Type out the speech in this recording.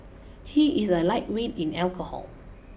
he is a lightweight in alcohol